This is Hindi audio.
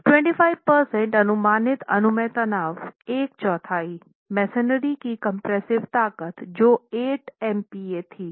25 प्रतिशत अनुमानित अनुमेय तनाव एक चौथाई मेसनरी की कंप्रेसिव ताकत जो 8 MPa थी